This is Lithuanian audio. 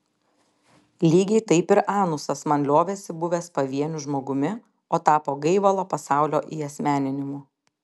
lygiai taip ir anusas man liovėsi buvęs pavieniu žmogumi o tapo gaivalo pasaulio įasmeninimu